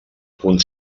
punt